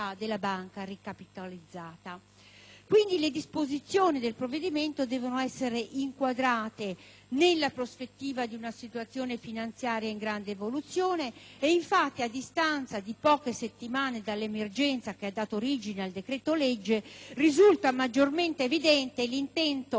Le disposizioni recate dal provvedimento devono essere inquadrate nella prospettiva di una situazione finanziaria in grande evoluzione: infatti, a distanza di poche settimane dall'emergenza che ha dato origine al decreto-legge, risulta maggiormente evidente l'intento apprezzabile e condiviso